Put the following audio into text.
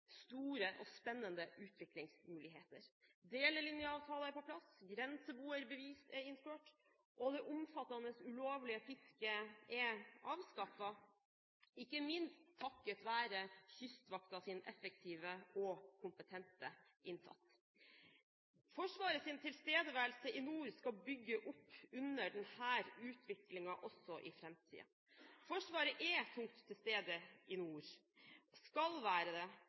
store og spennende utviklingsmuligheter. Delelinjeavtalen er på plass, grenseboerbevis er innført, og det omfattende ulovlige fisket er avskaffet, ikke minst takket være Kystvaktens effektive og kompetente innsats. Forsvarets tilstedeværelse i nord skal bygge opp under denne utviklingen også i framtiden. Forsvaret er tungt til stede i nord, og skal være det,